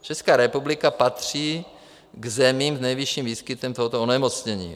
Česká republika patří k zemím s nejvyšším výskytem tohoto onemocnění.